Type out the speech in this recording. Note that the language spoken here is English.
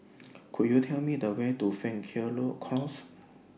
Could YOU Tell Me The Way to Close